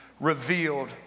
Revealed